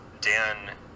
Dan